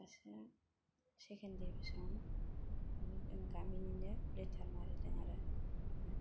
सासेया second division जोंनि गामिनिनो लेटार मारिदों आरो